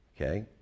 Okay